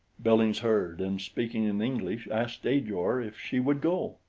billings heard and speaking in english, asked ajor if she would go.